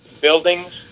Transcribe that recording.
buildings